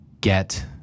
Get